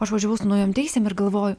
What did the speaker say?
aš važiavau su naujom teisėm ir galvoju